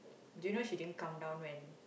do you know she didn't come down when